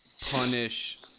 punish